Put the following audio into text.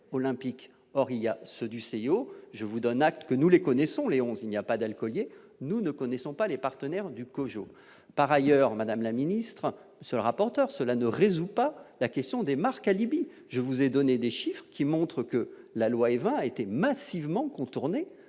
or il y a ceux du CIO je vous donne acte que nous les connaissons Léonce, il n'y a pas d'alcooliers, nous ne connaissons pas les partenaires du COJO, par ailleurs, Madame la ministre, rapporteur, cela ne résout pas la question des marques alibi, je vous ai donné des chiffres qui montrent que la loi Évin a été massivement contourner